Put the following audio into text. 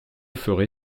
ferai